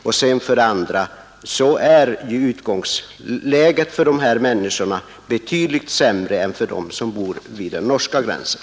Dessutom är utgångsläget för dessa människor betydligt sämre än för dem som bor vid den norska gränsen.